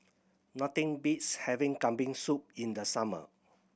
nothing beats having Kambing Soup in the summer